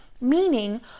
meaning